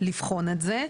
לבחון את זה,